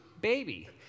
baby